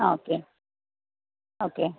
ആ okay okay